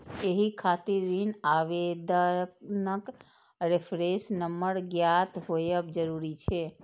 एहि खातिर ऋण आवेदनक रेफरेंस नंबर ज्ञात होयब जरूरी छै